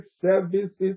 services